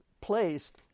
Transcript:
placed